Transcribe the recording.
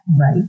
right